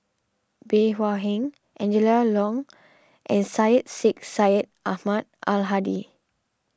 Bey Hua Heng Angela Liong and Syed Sheikh Syed Ahmad Al Hadi